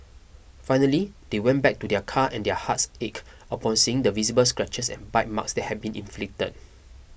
finally they went back to their car and their hearts ached upon seeing the visible scratches and bite marks that had been inflicted